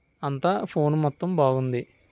అంతా ఫోను మొత్తం బాగుంది